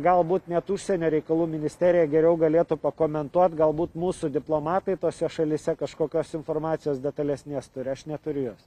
galbūt net užsienio reikalų ministerija geriau galėtų pakomentuot galbūt mūsų diplomatai tose šalyse kažkokios informacijos detalesnės turi aš neturiu jos